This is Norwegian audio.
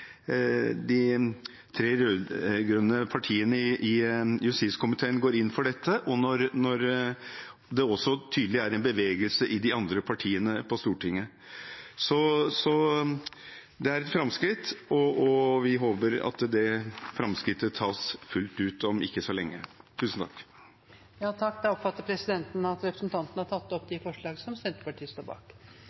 det også tydelig er en bevegelse i de andre partiene på Stortinget. Det er et framskritt, og vi håper at det framskrittet tas fullt ut om ikke så lenge. Jeg tar opp Senterpartiets forslag. Representanten Jan Bøhler har tatt opp de